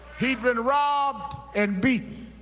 he had been robbed and beaten.